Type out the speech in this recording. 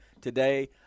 today